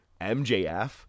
MJF